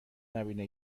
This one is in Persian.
نبینه